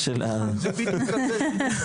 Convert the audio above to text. של תשתיות הכבישים,